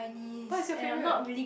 what is your favourite